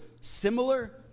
similar